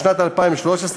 בשנת 2013,